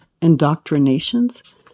indoctrinations